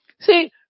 See